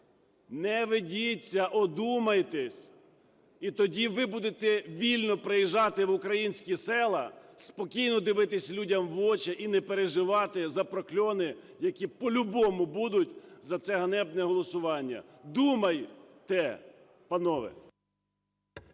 Не ведіться, одумайтесь і тоді ви будете вільно приїжджати в українські села, спокійно дивитися людям в очі і не переживати за прокльони, які по-любому будуть за це ганебне голосування. Думайте, панове!